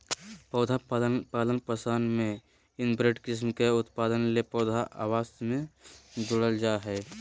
पौधा पालन पोषण में इनब्रेड किस्म का उत्पादन ले पौधा आपस मे जोड़ल जा हइ